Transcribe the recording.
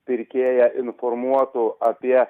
pirkėją informuotų apie